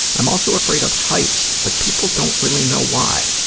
i'm also afraid of heights, but people don't really know why.